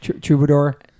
Troubadour